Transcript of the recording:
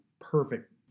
perfect